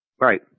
Right